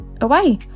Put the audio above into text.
away